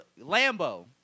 Lambo